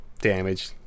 damage